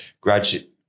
graduate